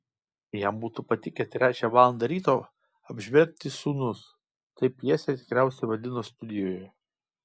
jam būtų patikę trečią valandą ryto apžvelgti sūnus taip pjesę tikriausiai vadino studijoje